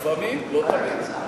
לפעמים, לא תמיד.